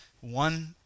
one